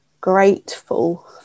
grateful